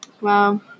Wow